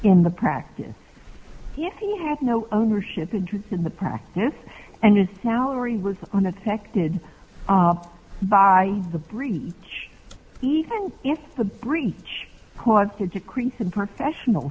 in the practice yet he had no ownership interest in the practice and his salary was on the tech did by the breach even if the breach was to decrease and professional